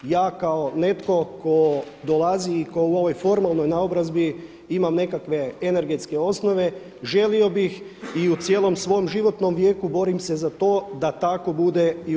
Ja kao netko tko dolazi i tko u ovoj formalnoj naobrazbi imam nekakve energetske osnove želio bih i u cijelom svom životnom vijeku borim se za to da tako bude i u RH.